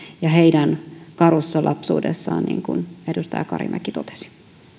ja heidän karussa lapsuudessaan niin kuin edustaja karimäki totesi